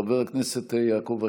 חבר הכנסת יעקב אשר,